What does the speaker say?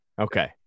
okay